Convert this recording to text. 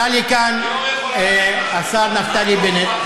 עלה לכאן השר נפתלי בנט,